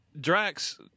Drax